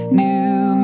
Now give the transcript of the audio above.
new